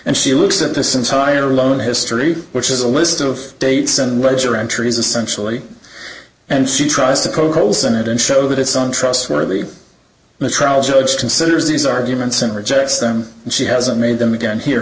and she looks at this entire loan history which is a list of dates and ledger entries essentially and she tries to poke holes in it and show that it's on trustworthy the trial judge considers these arguments and rejects them and she hasn't made them again here